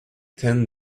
ten